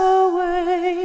away